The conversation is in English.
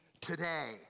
today